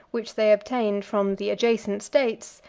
which they obtained from the adjacent states,